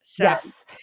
Yes